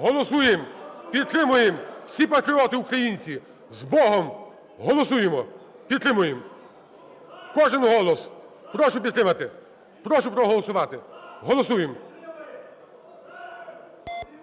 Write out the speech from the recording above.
Голосуємо. Підтримуємо, всі патріоти-українці! З Богом! Голосуємо. Підтримуємо. Кожен голос прошу підтримати. Прошу проголосувати. Голосуємо.